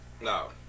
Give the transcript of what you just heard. No